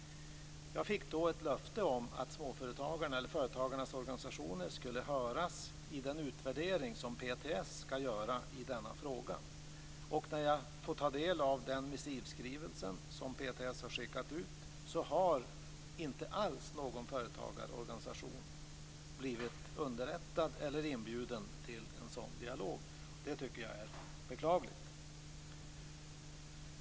Jag fick då ett löfte om att företagarnas organisationer skulle höras i den utvärdering som PTS ska göra i denna fråga. När jag har tagit del av den missivskrivelse som PTS har skickat ut har jag noterat att inte någon företagarorganisation har blivit underrättad eller inbjuden till en sådan dialog. Det är beklagligt.